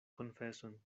konfeson